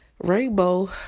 Rainbow